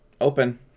Open